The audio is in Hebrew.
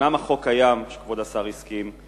אומנם החוק קיים, כפי שכבוד השר הזכיר,